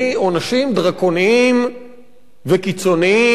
עונשים דרקוניים וקיצוניים.